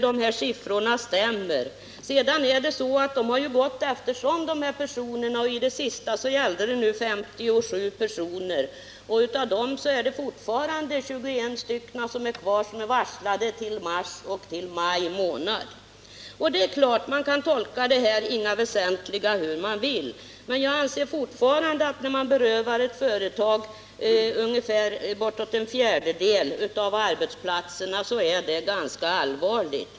De här berörda anställda har ju fått sluta allteftersom. Senast gällde det 57 personer. Av dem är 21 fortfarande kvar, men de har fått varsel om avsked i mars eller maj. Det är klart att man kan tolka ”inga väsentliga nedskärningar” hur man vill, men jag anser fortfarande, att när man berövar ett företag bortåt en fjärdedel av arbetsplatserna, är detta ganska allvarligt.